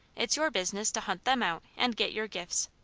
it's your business to hunt them out and get your gifts.